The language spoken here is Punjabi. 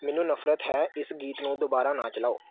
ਮੈਨੂੰ ਨਫ਼ਰਤ ਹੈ ਇਸ ਗੀਤ ਨੂੰ ਦੁਬਾਰਾ ਨਾ ਚਲਾਓ